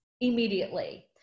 immediately